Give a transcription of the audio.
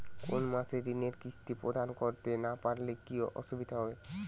কোনো মাসে ঋণের কিস্তি প্রদান করতে না পারলে কি অসুবিধা হবে?